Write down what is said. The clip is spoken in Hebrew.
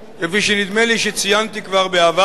כפי שנדמה לי שציינתי כבר בעבר,